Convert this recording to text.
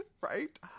Right